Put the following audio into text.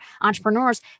entrepreneurs